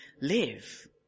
live